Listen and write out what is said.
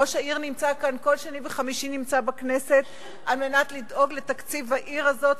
ראש העיר נמצא כל שני וחמישי כאן בכנסת על מנת לדאוג לתקציב העיר הזאת,